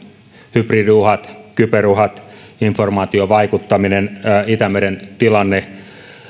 hybridiuhat kyberuhat informaatiovaikuttaminen itämeren tilanne